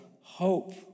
hope